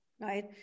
right